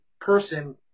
person